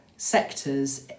sectors